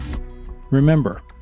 Remember